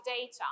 data